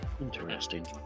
Interesting